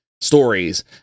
stories